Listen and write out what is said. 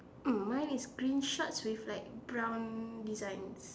mm mine is green shorts with like brown designs